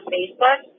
Facebook